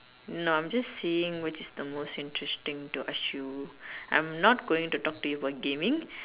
no I am just seeing which is the most interesting to ask you I am not going to talk to you about gaming